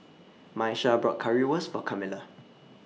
Miesha bought Currywurst For Camilla